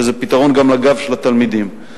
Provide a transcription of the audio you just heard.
וזה פתרון גם לגב של התלמידים.